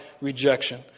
rejection